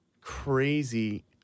crazy